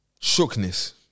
Shookness